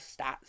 stats